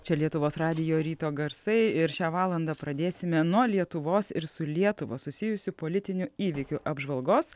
čia lietuvos radijo ryto garsai ir šią valandą pradėsime nuo lietuvos ir su lietuva susijusių politinių įvykių apžvalgos